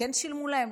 כן שילמו להם,